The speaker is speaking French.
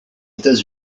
états